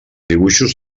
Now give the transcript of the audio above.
dibuixos